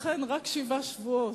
אכן רק שבעה שבועות,